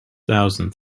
thousand